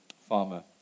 farmer